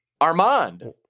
Armand